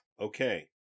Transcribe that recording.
Okay